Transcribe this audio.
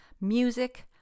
music